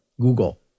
Google